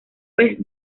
pez